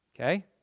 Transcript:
Okay